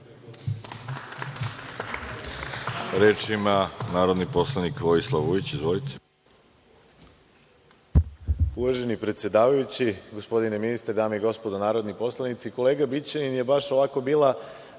Reč ima narodni poslanik Vojislav Vujić. Izvolite.